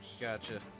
Gotcha